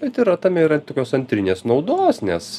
bet yra tame yra tokios antrinės naudos nes